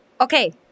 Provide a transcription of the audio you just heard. Okay